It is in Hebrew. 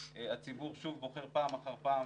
הציבור בוחר פעם אחר פעם